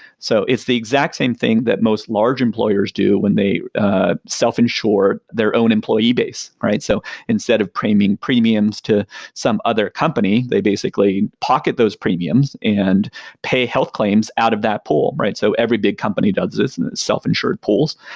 so it's the exact same thing that most large employers do when they self-insure their own employee-base, right? so instead of paying premiums to some other company, they basically pocket those premiums and pay health claims out of that pool, right? so every big company does this and the self-insured pools.